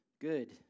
good